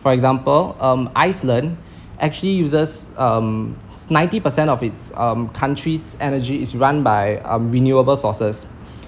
for example um iceland actually uses um ninety percent of its um country's energy is run by um renewable sources